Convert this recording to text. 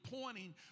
pointing